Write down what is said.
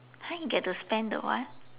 !huh! you get to spend the what